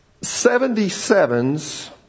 Seventy-sevens